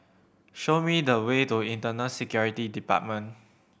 show me the way to Internal Security Department